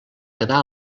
quedar